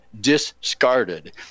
discarded